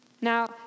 Now